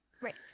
Right